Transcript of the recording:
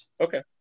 Okay